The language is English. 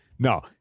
No